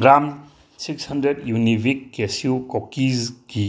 gram six hundred Unibic cashew ꯀꯣꯀꯤꯁꯒꯤ